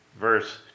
verse